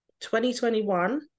2021